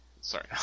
Sorry